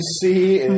see